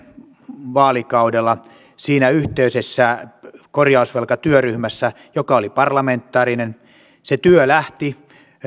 vaalikaudella siinä yhteisessä korjausvelkatyöryhmässä joka oli parlamentaarinen se työ lähti